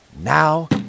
now